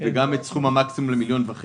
וגם את סכום המקסימום ל-1.5